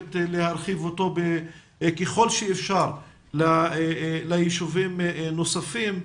ומבקשת להרחיב אותו ככל שאפשר ליישובים נוספים.